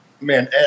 man